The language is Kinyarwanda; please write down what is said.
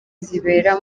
zibera